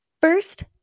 first